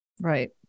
Right